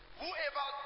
whoever